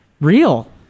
real